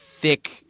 Thick